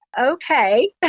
okay